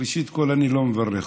ראשית כול, אני לא מברך אותו,